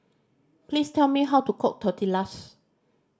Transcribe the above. please tell me how to cook Tortillas